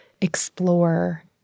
explore